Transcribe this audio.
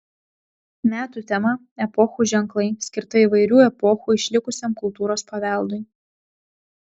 metų tema epochų ženklai skirta įvairių epochų išlikusiam kultūros paveldui